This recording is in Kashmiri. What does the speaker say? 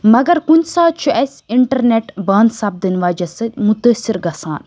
مگر کُنہِ ساتہٕ چھُ اَسہِ اِنٹَرنیٚٹ بنٛد سَپدَن وَجہ سۭتۍ مُتٲثر گژھان